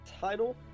title